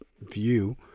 view